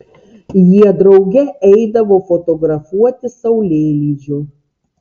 jie drauge eidavo fotografuoti saulėlydžio